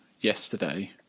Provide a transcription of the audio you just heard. yesterday